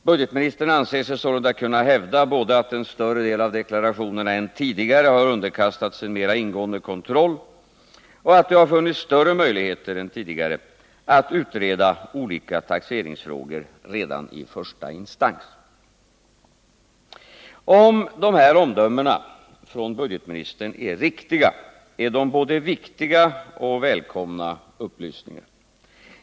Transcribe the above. Ingemar Mundebo anser sig sålunda kunna hävda både att en större del av deklarationerna än tidigare har underkastats en mer ingående kontroll och att det har funnits större möjligheter än tidigare att utreda olika taxeringsfrågor redan i första instans. Om budgetministerns omdömen är riktiga, är de både viktiga och välkomna upplysningar.